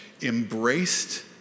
embraced